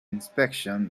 inspection